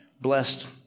Blessed